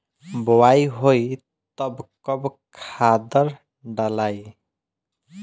बोआई होई तब कब खादार डालाई?